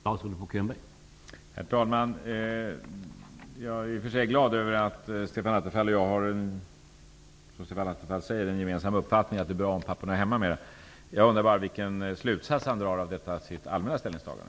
Herr talman! Jag är i och för sig glad över att Stefan Attefall och jag, som Stefan Attefall säger, har en gemensam uppfattning om att det är bra om papporna är hemma mera. Jag undrar bara vilken slutsats Stefan Attefall drar av detta sitt allmänna ställningstagande.